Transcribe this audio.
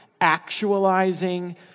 actualizing